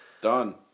Done